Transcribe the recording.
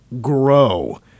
grow